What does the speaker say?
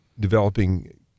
developing